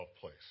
place